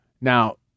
Now